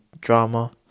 drama